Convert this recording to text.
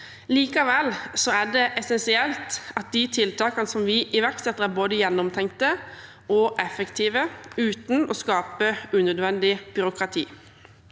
Likevel er det essensielt at de tiltakene vi iverksetter, er både gjennomtenkte og effektive uten å skape unødvendig byråkrati.